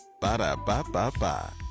Ba-da-ba-ba-ba